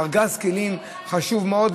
ארגז כלים חשוב מאוד,